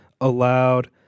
allowed